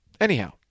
Anyhow